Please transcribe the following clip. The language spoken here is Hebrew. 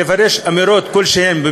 שיפרש כל אמירות שהן,